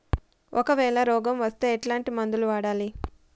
ఒకవేల రోగం వస్తే ఎట్లాంటి మందులు వాడాలి?